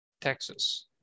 Texas